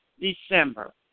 December